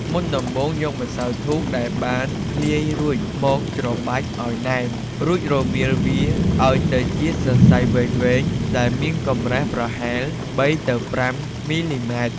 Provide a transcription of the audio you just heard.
មុនដំបូងរយកម្សៅធូបដែលបានលាយរួចមកច្របាច់ឱ្យណែនរួចរមៀលវាឱ្យទៅជាសរសៃវែងៗដែលមានកម្រាស់ប្រហែល ៣ ទៅ ៥ មីលីម៉ែត្រ។